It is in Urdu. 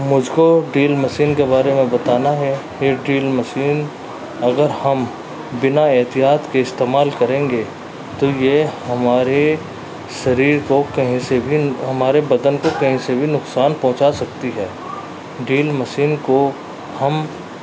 مجھ کو ڈرل مشین کے بارے میں بتانا ہے یہ مشین اگر ہم بنا احتیاط کے استعمال کریں گے تو یہ ہمارے شریر کو کہیں سے بھی ہمارے بدن کو کہیں سے بھی نقصان پہنچا سکتی ہے مشین کو ہم